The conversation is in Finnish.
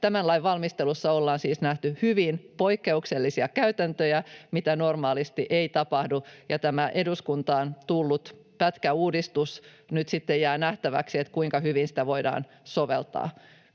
Tämän lain valmistelussa ollaan siis nähty hyvin poikkeuksellisia käytäntöjä, mitä normaalisti ei tapahdu, ja tästä eduskuntaan tulleesta pätkäuudistuksesta nyt sitten jää nähtäväksi, kuinka hyvin sitä voidaan soveltaa.